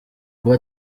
kuba